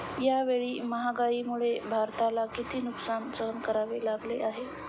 यावेळी महागाईमुळे भारताला किती नुकसान सहन करावे लागले आहे?